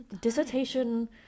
dissertation